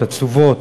עצובות,